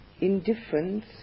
indifference